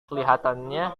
kelihatannya